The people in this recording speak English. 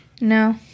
No